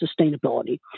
sustainability